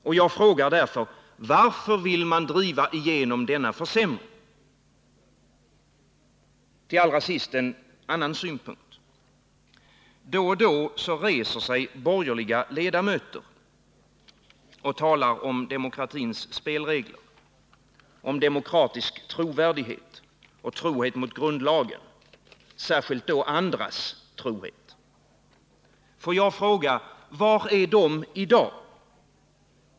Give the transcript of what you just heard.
Och jag frågar därför: Varför vill man driva igenom denna g maj 1980 försämring? Allra sist en annan synpunkt: Då och då reser sig borgerliga ledamöter och talar om demokratins spelregler, om demokratisk trovärdighet, om trohet — ,isationen för mot grundlagen — särskilt då andras trohet. rationalisering Får jag fråga: Var är de i dag?